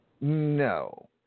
No